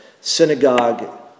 synagogue